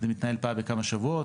זה מתנהל פעם בכמה שבועות,